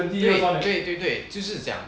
对对对对就是讲